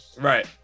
Right